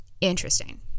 Interesting